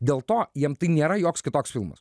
dėl to jiem tai nėra joks kitoks filmas